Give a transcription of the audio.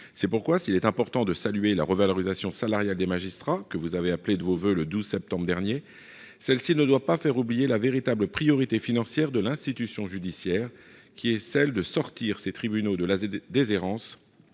c'est pourquoi, s'il est important de saluer la revalorisation salariale des magistrats que vous avez appelé de vos voeux, le 12 septembre dernier, celle-ci ne doit pas faire oublier la véritable priorité financière de l'institution judiciaire qui est celle de sortir ces tribunaux de la déshérence